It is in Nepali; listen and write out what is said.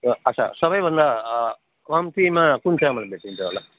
अच्छा सबैभन्दा कम्तीमा कुन चामल बेचिन्छ होला